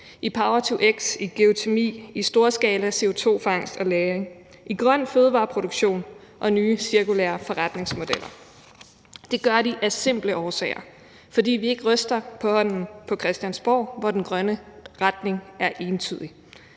i power-to-x, i geotermi, i storskala-CO2-fangst og -lagring, i grøn fødevareproduktion og nye cirkulære forretningsmodeller. Det gør de af simple årsager, nemlig fordi vi ikke ryster på hånden på Christiansborg, hvor den grønne retning er entydig,